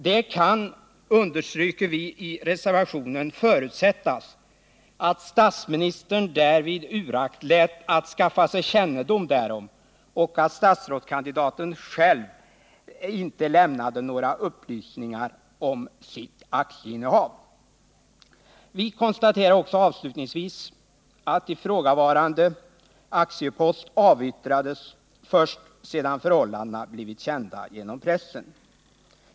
Det kan, understryker vi i reservationen, ”förutsättas att statsministern därvid uraktlät att skaffa sig kännedom därom och att statsrådskandidaten inte själv lämnade några upplysningar om sitt aktieinnehav”. Vi konstaterar också avslutningsvis att ifrågavarande aktiepost avyttrades först sedan förhållandena blivit kända genom pressen.